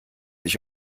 ich